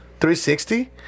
360